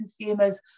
consumers